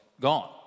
gone